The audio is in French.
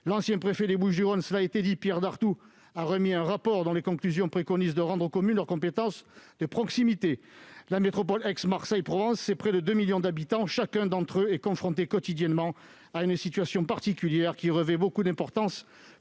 l'ancien préfet des Bouches-du-Rhône, Pierre Dartout, a remis un rapport dont les conclusions préconisent de rendre aux communes leurs compétences de proximité. La métropole d'Aix-Marseille-Provence représente près de 2 millions d'habitants : chacun d'entre eux est confronté quotidiennement à une situation particulière qui revêt une grande importance